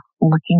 looking